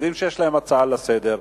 שיודעים שיש להם הצעה לסדר-היום,